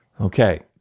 Okay